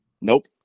Nope